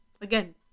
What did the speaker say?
again